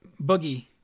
boogie